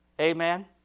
Amen